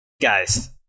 guys